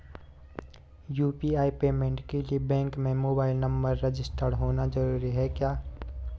UPI payment के लिए bank में मोबाइल नंबर रजिस्टर्ड होना जरूरी है क्या?